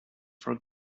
for